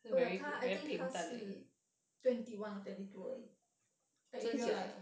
oh 他 I think 他是 twenty one or twenty two 而已 like in real life